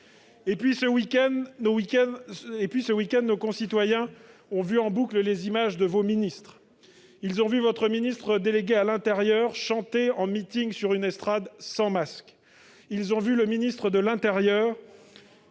...» Ce week-end, nos concitoyens ont vu en boucle les images de vos ministres. Ils ont vu votre ministre déléguée auprès du ministre de l'intérieur chanter en meeting sur une estrade, sans masque ! Ils ont vu le ministre de l'intérieur,